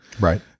Right